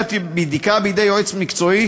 בדיקה בידי יועץ מקצועי